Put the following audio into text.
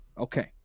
Okay